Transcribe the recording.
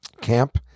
camp